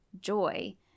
joy